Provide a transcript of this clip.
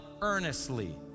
earnestly